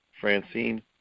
Francine